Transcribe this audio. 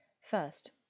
First